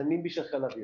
זה נמב"י של חיל האוויר.